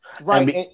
Right